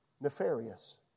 nefarious